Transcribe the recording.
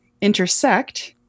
Intersect